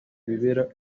bibera